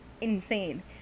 Insane